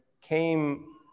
came